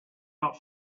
not